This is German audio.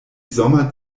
sommer